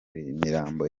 mirambo